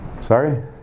Sorry